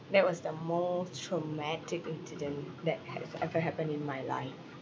that was the most traumatic incident that has ever happened in my life